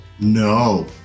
No